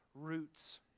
roots